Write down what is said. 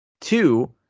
two